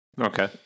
Okay